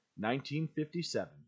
1957